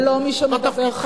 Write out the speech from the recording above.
מי שישפוט הוא הציבור.